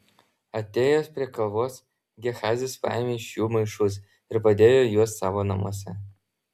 atėjęs prie kalvos gehazis paėmė iš jų maišus ir padėjo juos savo namuose